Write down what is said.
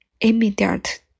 immediate